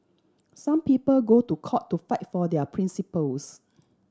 some people go to court to fight for their principles